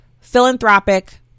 philanthropic